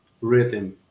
rhythm